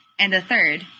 and a third,